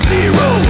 Zero